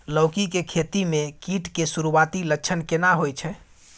लौकी के खेती मे कीट के सुरूआती लक्षण केना होय छै?